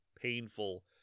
painful